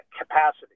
capacity